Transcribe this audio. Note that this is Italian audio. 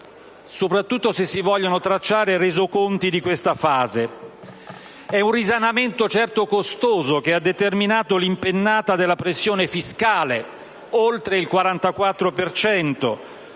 soprattutto se si vogliono stilare resoconti di questa fase. È un risanamento certo costoso, che ha determinato l'impennata della nostra pressione fiscale oltre il 44